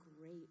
great